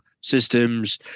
systems